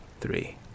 three